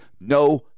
no